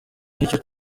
nk’iki